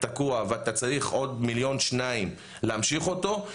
תקוע ואתה צריך עוד מיליון-שניים להמשיך אותו,